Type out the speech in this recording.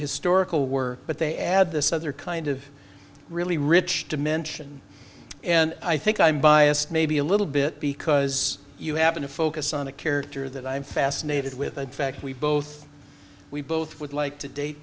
historical work but they add this other kind of really rich dimension and i think i'm biased maybe a little bit because you happen to focus on a character that i'm fascinated with the fact we both we both would like to date